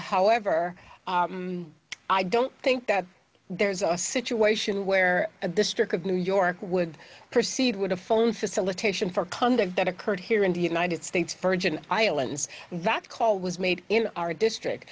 however i don't think that there's a situation where a district of new york would proceed with a phone facilitation for conduct that occurred here in the united states virgin islands that call was made in our district